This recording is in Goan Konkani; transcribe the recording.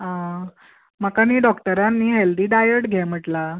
आं म्हाका न्हय डॉक्टरान न्हय हेल्दी डायट घे म्हणटला